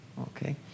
Okay